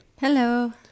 Hello